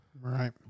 Right